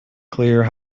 clear